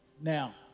now